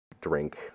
drink